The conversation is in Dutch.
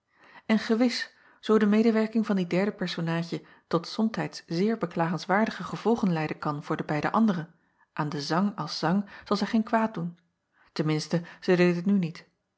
n gewis zoo de medewerking van die derde personaadje tot somtijds zeer beklagenswaardige gevolgen leiden kan voor de beide andere aan den zang als zang zal zij geen kwaad doen ten minste zij deed het nu niet